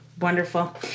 Wonderful